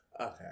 Okay